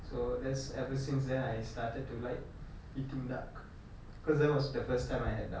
so that's ever since then I started to like eating duck because that was the first time I had duck